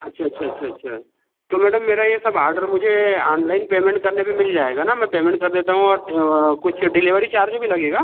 अच्छा अच्छा अच्छा अच्छा तो मैडम मेरा ये सब आडर मुझे आनलाइन पेमेंट करने पर मिल जाएगा न मैं पेमेंट कर देता हूँ और कुछ डिलीवरी चार्ज भी लगेगा